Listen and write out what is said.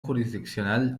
jurisdiccional